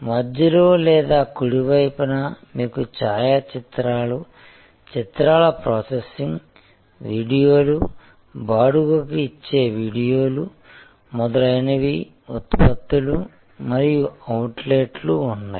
మధ్యలో లేదా కుడి వైపున మీకు ఛాయాచిత్రాలు చిత్రాల ప్రాసెసింగ్ వీడియోలు బాడుగ కి ఇచ్చే వీడియోలు మొదలైనవి ఉత్పత్తులు మరియు అవుట్లెట్లు ఉన్నాయి